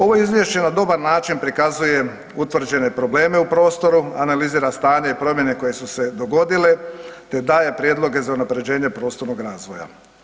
Ovo Izvješće na dobar način prikazuje utvrđene probleme u prostoru, analizira stanje i promjene koje su se dogodile te daje prijedloge za unaprjeđenje prostornog razvoja.